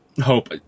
Hope